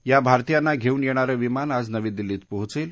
या भारतीयांना घेऊन येणारं विमान आज नवी दिल्लीत पोहोचलं